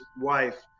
wife